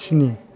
स्नि